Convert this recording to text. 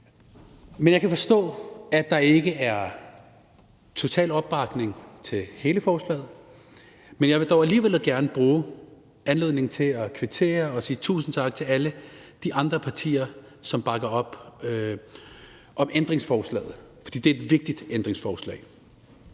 op. Jeg kan forstå, at der ikke er total opbakning til hele forslaget, men jeg vil dog alligevel gerne bruge anledningen til at kvittere og sige tusind tak til alle de andre partier, som bakker op om ændringsforslaget, for det er et vigtigt ændringsforslag.